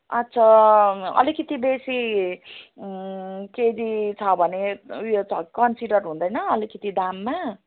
अच्छा अलिकति बेसी केजी छ भने ऊ यो छ कन्सिडर हुँदैन अलिकति दाममा